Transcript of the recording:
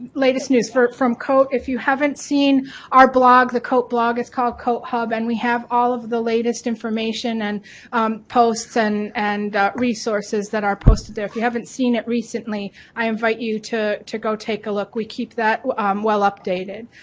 latest news from from cote, if you haven't seen out blog, the cote blog, it's called cote hub and we have all of the latest information and posts and and resources that are posted there, if you haven't seen it recently i invite you to to go take a look, we keep that well updated.